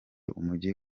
umujyi